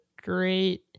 great